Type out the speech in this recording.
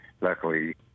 luckily